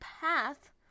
path